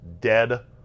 Dead